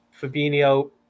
Fabinho